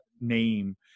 name